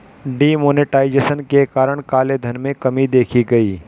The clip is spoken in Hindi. डी मोनेटाइजेशन के कारण काले धन में कमी देखी गई